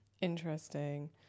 Interesting